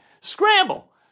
Scramble